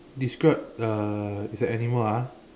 describe uh it's an animal ah